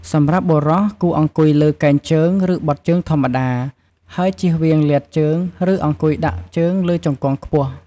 សម្រាប់បុរស គួរអង្គុយលើកែងជើង ឬបត់ជើងធម្មតា ហើយជៀសវាងលាតជើង ឬអង្គុយដាក់ជើងលើជង្គង់ខ្ពស់។